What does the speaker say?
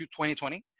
2020